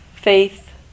Faith